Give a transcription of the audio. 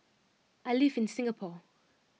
I live in Singapore